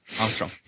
Armstrong